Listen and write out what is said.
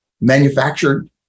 manufactured